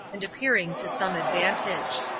and appearing to some advantage.